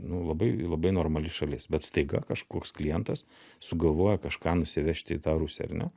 nu labai labai normali šalis bet staiga kažkoks klientas sugalvoja kažką nusivežti į tą rusiją ar ne